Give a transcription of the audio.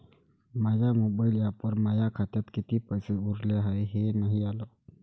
माया mobile ॲपवर माया खात्यात किती पैसे उरले हाय हे नाही आलं